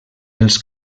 dels